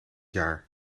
jaar